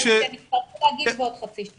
ויצטרכו להגיב בעוד חצי שנה.